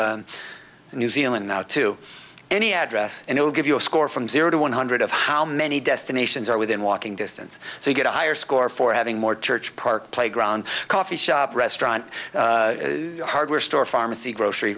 new zealand to any address and it will give you a score from zero to one hundred of how many destinations are within walking distance so you get a higher score for having more church park playground coffee shop restaurant hardware store pharmacy grocery